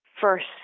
first